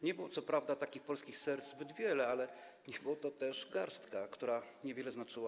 Nie było co prawda takich polskich serc zbyt wiele, ale ich była też garstka, która niewiele znaczyła.